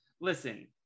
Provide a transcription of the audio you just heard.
listen